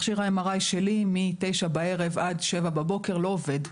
מכשיר ה-MRI שלי מתשע בערב ועד שבע בבוקר לא עובד.